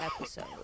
episode